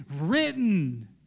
written